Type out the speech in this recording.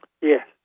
Yes